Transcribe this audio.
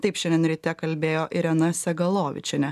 taip šiandien ryte kalbėjo irena segalovičienė